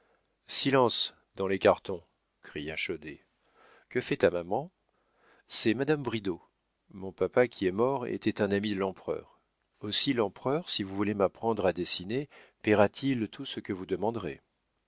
silence dans les cartons cria chaudet que fait ta maman c'est madame bridau mon papa qui est mort était un ami de l'empereur aussi l'empereur si vous voulez m'apprendre à dessiner payera t il tout ce que vous demanderez